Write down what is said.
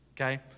okay